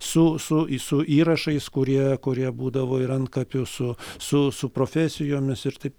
su su su įrašais kurie kurie būdavo ir antkapių su su su profesijomis ir taip